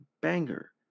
banger